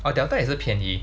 ah Delta 也是便宜